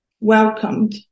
welcomed